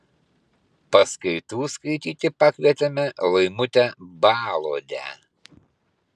paskaitų skaityti pakvietėme laimutę baluodę